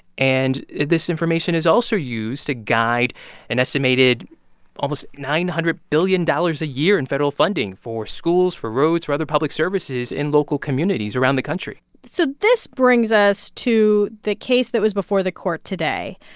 and this information is also used to guide an estimated almost nine hundred billion dollars a year in federal funding for schools, for roads, for other public services in local communities around the country so this brings us to the case that was before the court today.